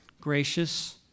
gracious